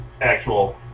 actual